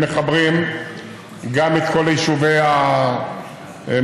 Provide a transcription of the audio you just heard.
המחברים גם את כל יישובי המיעוטים,